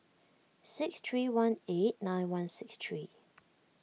six three one eight nine one six three